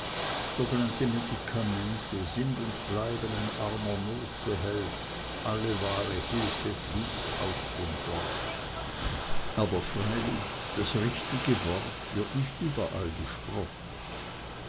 sogenannte medikamente sind und bleiben ein armer notbehelf alle wahre hilfe fließt aus dem wort aber freilich das richtige wort wird nicht überall gesprochen